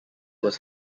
was